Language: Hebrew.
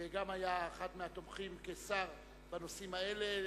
וגם היה אחד מהתומכים כשר בנושאים האלה,